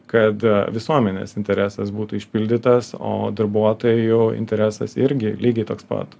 kad visuomenės interesas būtų išpildytas o darbuotojai jų interesas irgi lygiai toks pat